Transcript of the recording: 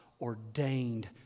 ordained